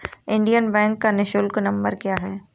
Indian bank का निःशुल्क नंबर क्या है?